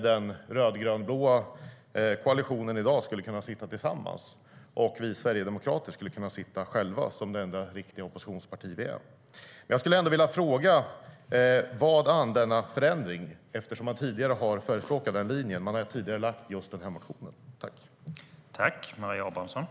Den röd-grön-blå koalitionen i dag skulle kunna sitta tillsammans, och vi sverigedemokrater skulle sitta själva som det enda riktiga oppositionsparti vi är.